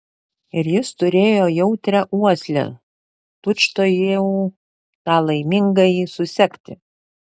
ir jis turėjo jautrią uoslę tučtuojau tą laimingąjį susekti